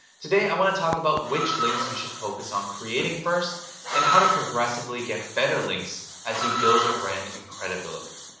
today, i want to talk about which links you should focus on creating first and how to progressively get better links as you build your brand and credibility.